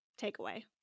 takeaway